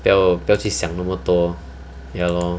不要不要去想那么多 ya lor